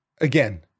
Again